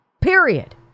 period